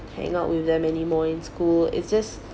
hangout with them anymore in school it's just